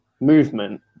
movement